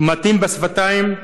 קמטים בשפתיים,